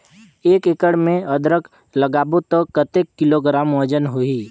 एक एकड़ मे अदरक लगाबो त कतेक किलोग्राम वजन होही?